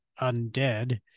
undead